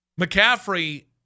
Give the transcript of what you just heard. mccaffrey